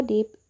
Deep